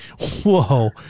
whoa